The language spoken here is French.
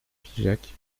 figeac